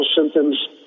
symptoms